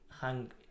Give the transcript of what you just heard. hang